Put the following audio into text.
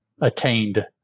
attained